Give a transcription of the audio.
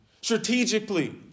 strategically